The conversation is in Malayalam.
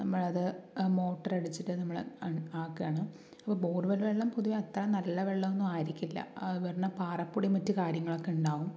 നമ്മളത് മോട്ടറടിച്ചിട്ട് നമ്മള് ആക്കുകയാണ് അപ്പോൾ ബോർ വെൽ വെള്ളം പൊതുവെ അത്ര നല്ല വെള്ളമൊന്നുമായിരിക്കില്ല അത് പറഞ്ഞാൽ പാറപ്പൊടി മറ്റ് കാര്യങ്ങളൊക്കെ ഉണ്ടാവും